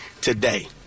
today